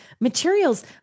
materials